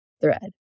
THREAD